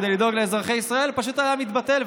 כדי לדאוג לאזרחי ישראל פשוט היה מתבטל,